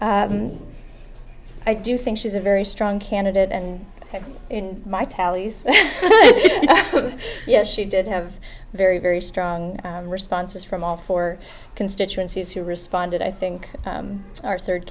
i do think she's a very strong candidate and in my tallies yes she did have very very strong responses from all four constituencies who responded i think our third